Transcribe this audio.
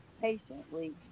patiently